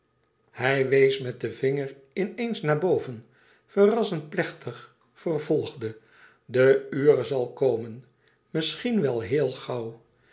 hij wees met den vinger in eens naar boven verrassend plechtig vervolgde de ure zal komen misschien wel heel gauw